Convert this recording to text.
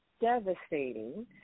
devastating